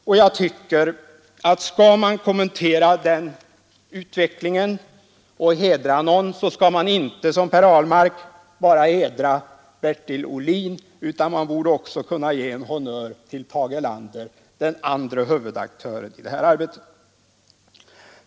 Men skall man kommentera den utvecklingen och hedra någon tycker jag inte att man, som Per Ahlmark gjorde, bara skall hedra Bertil Ohlin utan man borde också kunna ge en honnör till Tage Erlander, den andre huvudaktören i det här arbetet.